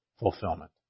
fulfillment